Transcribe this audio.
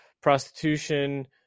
prostitution